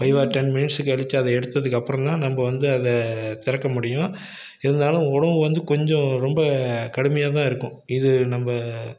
five or ten minutes கழித்து அதை எடுத்ததுக்கப்புறம் தான் நம்ம வந்து அதை திறக்க முடியும் இருந்தாலும் உணவு வந்து கொஞ்சம் ரொம்ப கடுமையாக தான் இருக்கும் இது நம்ம